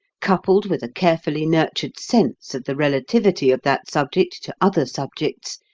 coupled with a carefully nurtured sense of the relativity of that subject to other subjects,